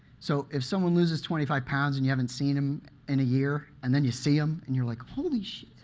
so if someone loses twenty five pounds and you haven't seen him in a year, and then you see him, and you're like, holy shit! oh,